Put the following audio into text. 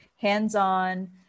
hands-on